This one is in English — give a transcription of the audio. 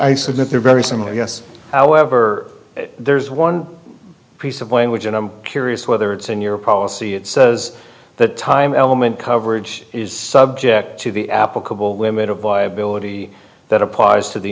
submit they're very similar yes however there is one piece of language and i'm curious whether it's in your policy it says that time element coverage is subject to the applicable limit of viability that applies to the